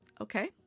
okay